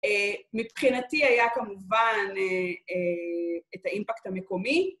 מבחינתי היה כמובן את האימפקט המקומי